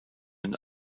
den